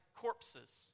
corpses